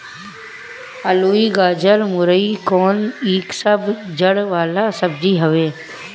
अलुई, गजरा, मूरइ कोन इ सब जड़ वाला सब्जी हवे